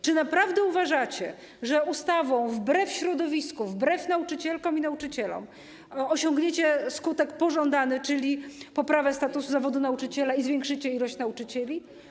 Czy naprawdę uważacie, że ustawą, wbrew środowisku, wbrew nauczycielkom i nauczycielom, osiągniecie pożądany skutek, czyli poprawę statusu zawodu nauczyciela, że zwiększycie liczbę nauczycieli?